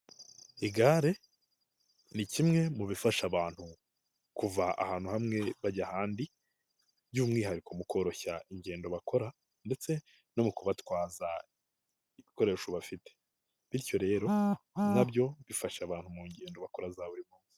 Igare, ni kimwe mu bifasha abantu, kuva ahantu hamwe, bajya ahandi by'umwihariko mu koroshya ingendo bakora ndetse no kubatwaza, ibikoresho bafite bityo rero nabyo bifasha abantu mu ngendo bakora za buri munsi